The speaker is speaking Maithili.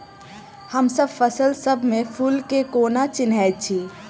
हमसब फसल सब मे फूल केँ कोना चिन्है छी?